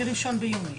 מ-1 ביוני